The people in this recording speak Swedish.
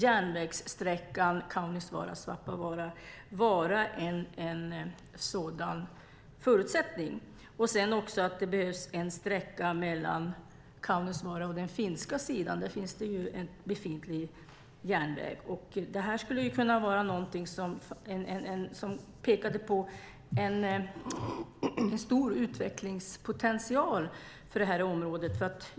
Järnvägssträckan Kaunisvaara-Svappavaara skulle kunna vara en sådan förutsättning. Det behövs en sträcka mellan Kaunisvaara och den finska sidan. Där finns det en befintlig järnväg. Det här skulle kunna vara någonting som pekade på en stor utvecklingspotential för det här området.